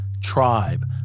Tribe